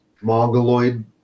mongoloid